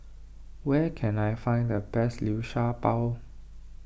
where can I find the best Liu Sha Bao